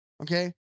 Okay